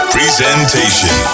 Presentation